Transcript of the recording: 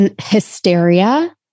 hysteria